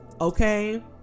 Okay